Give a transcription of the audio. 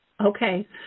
Okay